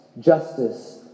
justice